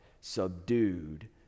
subdued